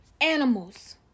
animals